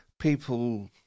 people